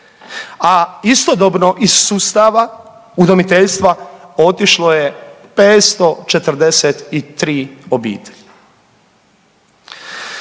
a istodobno iz sustava udomiteljstva otišlo je 543 obitelji.